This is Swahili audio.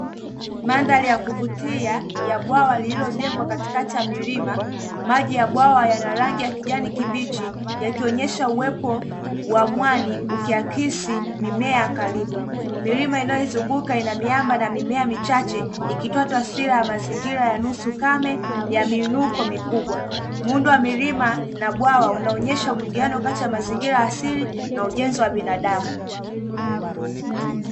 Madari ya kuvutia ya bwawa lililojengwa katikati ya milima, maji ya bwawa yana rangi ya kijani kibichi. Yakionyesha uwepo wa mwani ukiakisi mimea karibu, milima inayoizunguka ina miamba na mimea michache ikitoa taswira ya mazingira ya nusu kame yameinuko mikubwa. Muundo wa milima na bwawa unaonyesha mwingiliano kati ya mazingira asili na ujenzi wa binadamu.